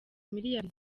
miliyari